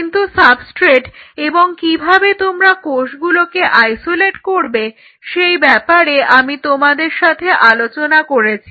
কিন্তু সাবস্ট্রেট এবং কিভাবে তোমরা কোষগুলোকে আইসোলেট করবে সেই ব্যাপারে আমি তোমাদের সাথে আলোচনা করেছি